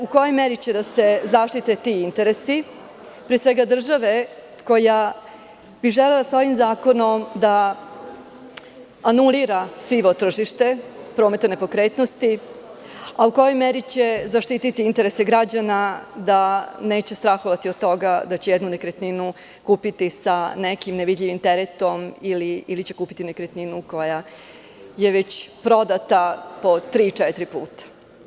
U kojoj meri će da se zaštite ti interesi, pre svega države koja bi želela ovim zakonom da anulira sivo tržište prometa nepokretnosti, a u kojoj meri će zaštititi interese građana da neće strahovati od toga da će jednu nekretninu kupiti sa nekim nevidljivim teretom ili će kupiti nekretninu koja je već prodata po tri, četiri puta?